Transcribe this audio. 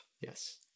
Yes